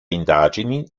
indagini